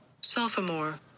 Sophomore